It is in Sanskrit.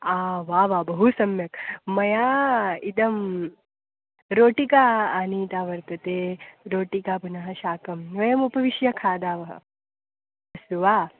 आं वा वा बहु सम्यक् मया इदं रोटिका आनीता वर्तते रोटिका पुनः शाकं वयमुपविश्य खादावः अस्तु वा